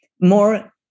more